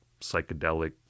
psychedelic